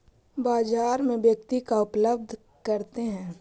बाजार में व्यक्ति का उपलब्ध करते हैं?